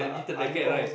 badminton racket right